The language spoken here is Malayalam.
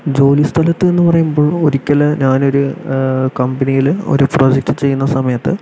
ജോലി സ്ഥലത് എന്ന് പറയുമ്പോൾ ഒരിക്കല് ഞാൻ ഒര് കമ്പനിയില് ഒര് പ്രോജക്ട് ചെയ്യുന്ന സമയത്ത്